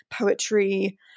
poetry